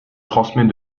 transmet